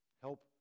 Help